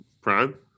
prime